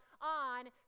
On